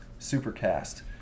Supercast